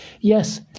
Yes